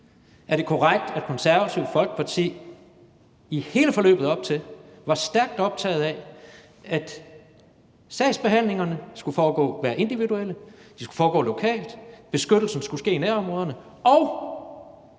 Er det korrekt, at Det Konservative Folkeparti i hele forløbet op til var stærkt optaget af, at sagsbehandlingerne skulle være individuelle og skulle foregå lokalt, at beskyttelsen skulle ske i nærområderne, og